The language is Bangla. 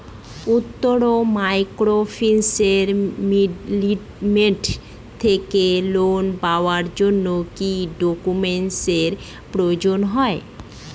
উত্তরন মাইক্রোফিন্যান্স লিমিটেড থেকে লোন নেওয়ার জন্য কি কি ডকুমেন্টস এর প্রয়োজন?